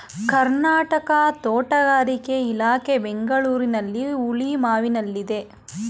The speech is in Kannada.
ಕರ್ನಾಟಕ ತೋಟಗಾರಿಕೆ ಇಲಾಖೆ ಬೆಂಗಳೂರಿನ ಹುಳಿಮಾವಿನಲ್ಲಿದೆ